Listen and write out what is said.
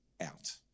out